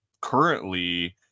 currently